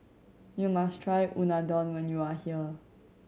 you must try Unadon when you are here